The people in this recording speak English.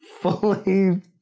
fully